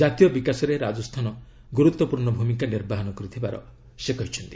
ଜାତୀୟ ବିକାଶରେ ରାଜସ୍ଥାନ ଗୁରୁତ୍ୱପୂର୍ଣ୍ଣ ଭୂମିକା ନିର୍ବାହନ କରିଥିବାର ସେ କହିଛନ୍ତି